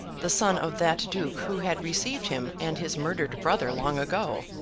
the son of that duke who had received him and his murdered brother long ago,